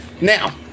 Now